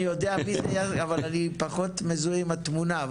אני יודע מי זה יענקל'ה אבל אני פחות מזוהה עם התמונה,